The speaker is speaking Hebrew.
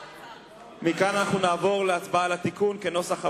מכאן נעבור להצבעה על התיקון כנוסח הוועדה,